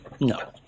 no